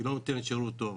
היא לא נותנת שירות טוב,